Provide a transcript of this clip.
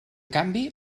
canvi